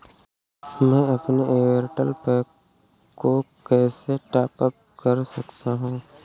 मैं अपने एयरटेल पैक को कैसे टॉप अप कर सकता हूँ?